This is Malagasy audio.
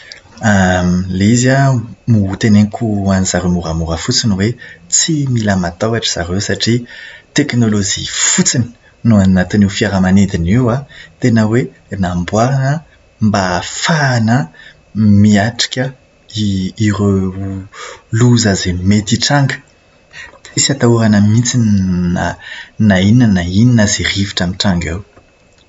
Ilay izy an, hoteneniko an'izareo moramora fotsiny hoe tsy mila matahotra zareo satria teknolojia fotsiny no ao anatin'io fiaramanidina io an, tena hoe namboarina mba ahafahana miatrika i- ireo loza izay mety hitranga. Tsisy atahorana mihitsy na inona na inona izay rivotra mitranga eo.